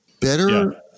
better